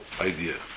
idea